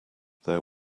there